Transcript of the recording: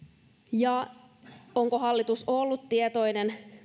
onko hallitus ollut tietoinen